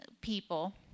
people